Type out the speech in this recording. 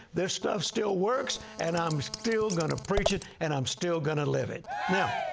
this stuff still works, and i'm still going to preach it, and i'm still going to live it. now,